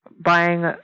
buying